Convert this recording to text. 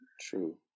true